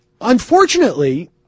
unfortunately